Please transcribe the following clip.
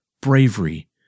bravery